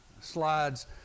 slides